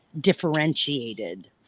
differentiated